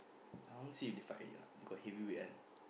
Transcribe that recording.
I want see if they fight already or not got heavyweight one